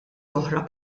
oħra